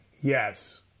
Yes